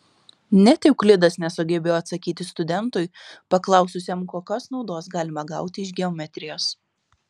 net euklidas nesugebėjo atsakyti studentui paklaususiam kokios naudos galima gauti iš geometrijos